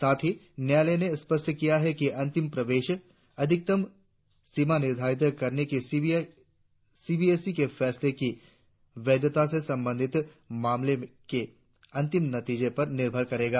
साथ ही न्यायालय ने स्पष्ट किया है कि अंतिम प्रवेश अधिकतम सीमा निर्धारित करने के सीबीएसई के फैसले की वैधता से संबंधित मामले के अंतिम नतीजे पर निर्भर करेगा